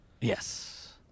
Yes